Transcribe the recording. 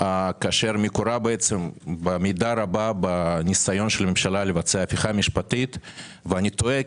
כאשר מקורה במידה רבה בניסיון של הממשלה לבצע הפיכה הזאת ואני תוהה,